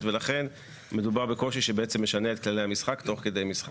ולכן מדובר בקושי שמשנה את כללי המשחק תוך כדי משחק.